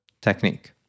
technique